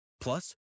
Plus